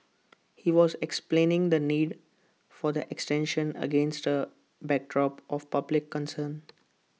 he was explaining the need for the extension against A backdrop of public concern